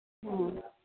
ꯑ